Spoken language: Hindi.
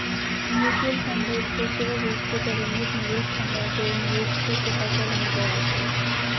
म्यूचुअल फंड एक पेशेवर रूप से प्रबंधित निवेश फंड है जो निवेशकों से पैसा जमा कराता है